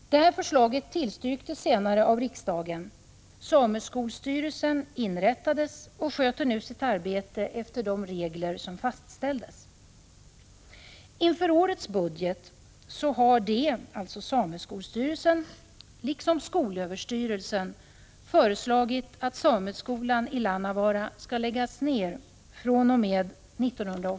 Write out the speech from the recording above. Detta förslag tillstyrktes senare av riksdagen. Sameskolstyrelsen inrättades och sköter nu sitt arbete efter de regler som fastställdes.